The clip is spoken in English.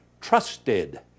trusted